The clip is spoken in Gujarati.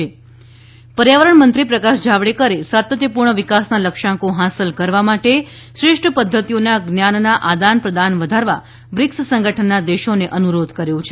ત પર્યાવરણ મંત્રી પ્રકાશ જાવડેકરે સાતત્યપૂર્ણ વિકાસના લક્ષ્યાંકો હાંસલ કરવા માટે શ્રેષ્ઠ પદ્ધતિઓના જ્ઞાનના આદાન પ્રદાન વધારવા બ્રિક્સ સંગઠનના દેશોને અનુરોધ કર્યો છે